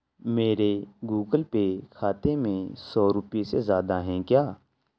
میرے Google Pay کھاتے میں سو روپئے سے زیادہ ہیں کیا